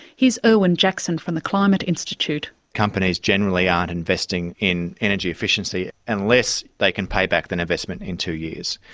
here's erwin jackson from the climate institute. companies generally aren't investing in energy efficiency unless they can pay back that investment in two years.